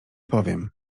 powiem